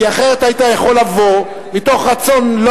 כי אחרת היית יכול לבוא מתוך רצון לא